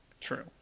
true